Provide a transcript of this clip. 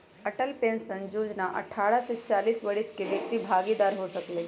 Atal pension जोजना अठारह से चालीस वरिस के व्यक्ति भागीदार हो सकइ छै